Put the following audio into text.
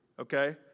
okay